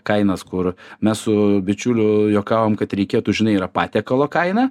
kainas kur mes su bičiuliu juokavom kad reikėtų žinai yra patiekalo kaina